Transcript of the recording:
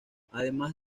además